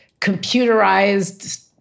computerized